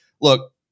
look